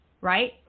right